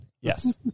Yes